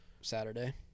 Saturday